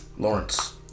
Lawrence